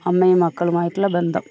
അമ്മയും മക്കളും ആയിട്ടുള്ള ബന്ധം